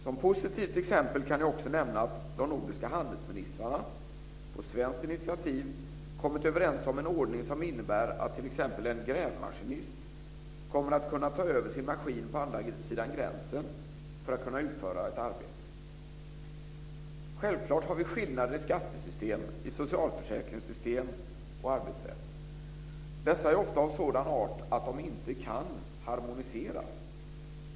Som positivt exempel kan jag även nämna att de nordiska handelsministrarna på svenskt initiativ kommit överens om en ordning som innebär att t.ex. en grävmaskinist kommer att kunna ta över sin maskin på andra sidan gränsen för att utföra ett arbete. Självklart har vi skillnader i skattesystem, socialförsäkringssystem och arbetsrätt. Dessa är ofta av sådan art att de inte kan harmoniseras.